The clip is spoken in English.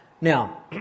Now